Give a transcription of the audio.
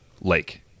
lake